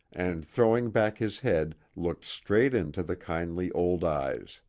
and throwing back his head looked straight into the kindly old eyes.